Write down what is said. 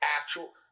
actual